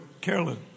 Carolyn